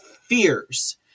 fears